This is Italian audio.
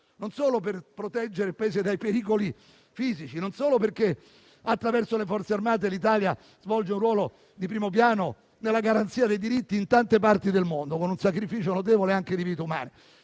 non solo per proteggersi dai pericoli fisici o perché attraverso le Forze armate l'Italia svolge un ruolo di primo piano nella garanzia dei diritti in tante parti del mondo, con un sacrificio notevole anche in termini